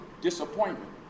disappointment